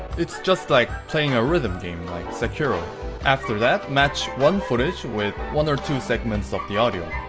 it's just like playing a rhythm game like sakura after that match one footage with one or two segments of the audio